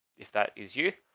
if that is you,